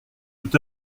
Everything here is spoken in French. tout